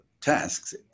tasks